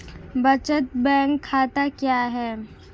बचत बैंक खाता क्या है?